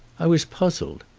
i was puzzled.